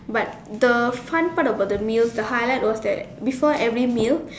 but the fun part about the meal the highlight was that before every meal